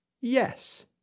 yes